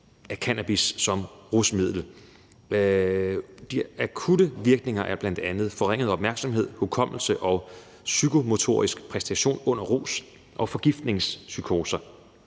og udbredelse«. De akutte virkninger er bl.a. forringet opmærksomhed, hukommelse og psykomotorisk præstation under rus og forgiftningspsykoser.